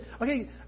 Okay